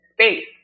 space